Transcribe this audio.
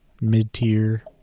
mid-tier